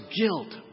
guilt